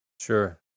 Sure